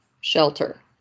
shelter